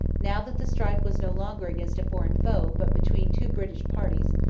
now that the strife was no longer against a foreign foe but between two british parties,